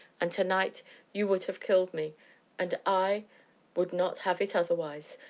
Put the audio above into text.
and to-night you would have killed me and i would not have it otherwise,